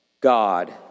God